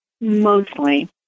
mostly